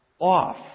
off